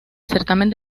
certamen